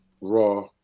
Raw